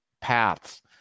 paths